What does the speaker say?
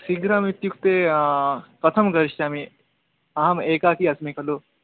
शीघ्रमित्युक्ते कथं करिष्यामि अहम् एकाकी अस्मि खलु